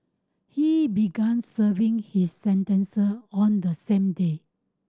he began serving his sentence on the same day